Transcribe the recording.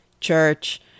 church